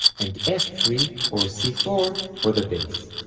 and f three, or c four, for the bass.